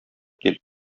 кил